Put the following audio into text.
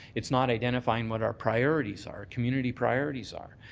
it's not identifying what our priorities are, community priorities are.